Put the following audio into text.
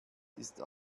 ist